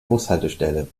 bushaltestelle